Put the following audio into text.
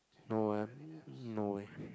no eh no eh